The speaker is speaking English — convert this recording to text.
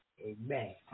Amen